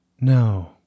No